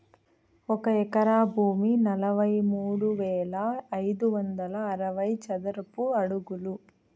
ఒక ఎకరా భూమి నలభై మూడు వేల ఐదు వందల అరవై చదరపు అడుగులు